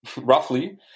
roughly